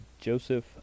Joseph